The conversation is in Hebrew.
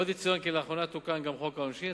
עוד יצוין כי לאחרונה תוקן גם חוק העונשין,